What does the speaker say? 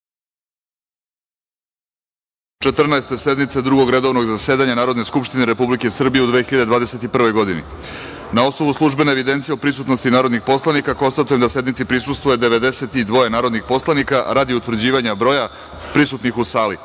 sednice Drugog redovnog zasedanja Narodne skupštine Republike Srbije u 2021. godini. Na osnovu službene evidencije o prisutnosti narodnih poslanika, konstatujem da sednici prisustvuje 92 narodna poslanika. Radi utvrđivanja broja prisutnih u sali,